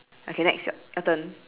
okay next yo~ your turn